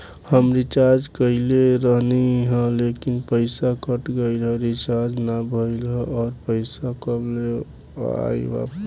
हम रीचार्ज कईले रहनी ह लेकिन पईसा कट गएल ह रीचार्ज ना भइल ह और पईसा कब ले आईवापस?